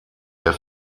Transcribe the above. der